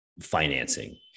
financing